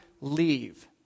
leave